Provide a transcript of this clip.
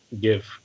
give